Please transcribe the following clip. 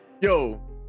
Yo